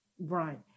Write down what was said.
Right